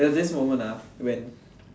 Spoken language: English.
there was this moment ah when